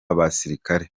basirikare